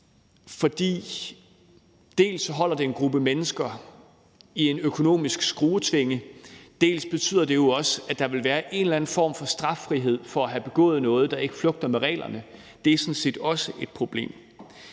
For dels holder det en gruppe mennesker i en økonomisk skruetvinge, dels betyder det jo også, at der vil være en eller anden form for straffrihed for at have begået noget, der ikke flugter med reglerne. Det er sådan set også et problem.